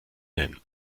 nennen